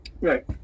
Right